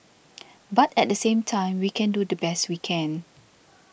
but at the same time we can do the best we can